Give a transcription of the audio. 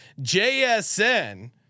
JSN